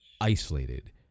isolated